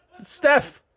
Steph